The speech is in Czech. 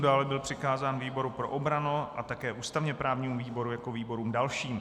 Dále byl přikázán výboru pro obranu a také ústavněprávnímu výboru jako výborům dalším.